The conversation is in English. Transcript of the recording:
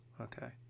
okay